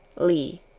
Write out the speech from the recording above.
lea